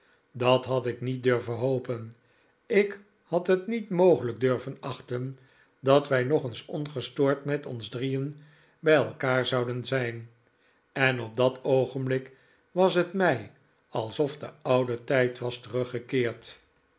dat had ik niet durven hopen ik had het niet mogelijk durven achten dat wij nog eens ongestoord met ons drieen bij elkaar zouden zijn en op dat oogenblik was het mij alsof de oude tijd was teruggekeerd